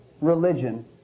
religion